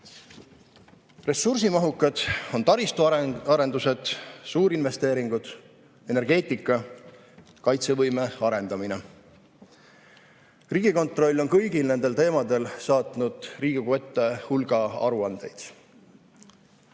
Ressursimahukad on taristuarendused, suurinvesteeringud, energeetika, kaitsevõime arendamine. Riigikontroll on kõigil nendel teemadel saatnud Riigikogu ette hulga aruandeid.